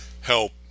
help